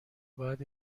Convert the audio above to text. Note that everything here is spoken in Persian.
باید